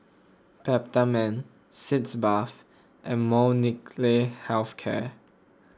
Peptamen Sitz Bath and Molnylcke Health Care